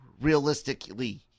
realistically